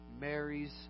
Mary's